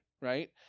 right